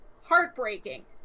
heartbreaking